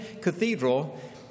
cathedral